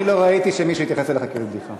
אני לא ראיתי שמישהו התייחס אליך כאל בדיחה.